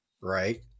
right